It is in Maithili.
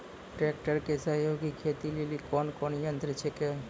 ट्रेकटर के सहयोगी खेती लेली कोन कोन यंत्र छेकै?